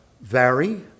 vary